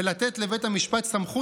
לגבי הצעת החוק,